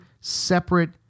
separate